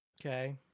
Okay